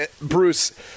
Bruce